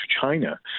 China